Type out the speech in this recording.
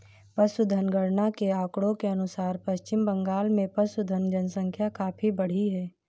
पशुधन गणना के आंकड़ों के अनुसार पश्चिम बंगाल में पशुधन जनसंख्या काफी बढ़ी है